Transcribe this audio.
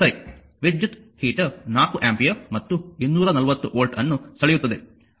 ವಿದ್ಯುತ್ heater 4 ampere ಮತ್ತು 240 volt ಅನ್ನು ಸೆಳೆಯುತ್ತದೆ